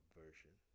version